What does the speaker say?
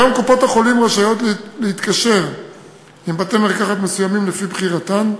כיום קופות-החולים רשאיות להתקשר עם בתי-מרקחת מסוימים לפי בחירתן.